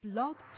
Blog